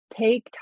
take